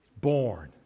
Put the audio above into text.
born